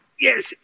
Yes